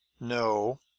no,